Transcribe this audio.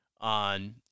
on